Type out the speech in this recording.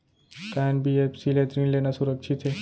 का एन.बी.एफ.सी ले ऋण लेना सुरक्षित हे?